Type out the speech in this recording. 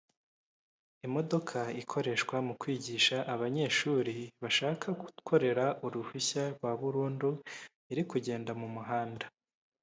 Imodoka ikoreshwa mu kwigisha abanyeshuri bashaka gukorera uruhushya rwa burundu iri kugenda mu muhanda.